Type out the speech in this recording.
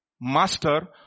Master